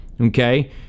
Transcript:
okay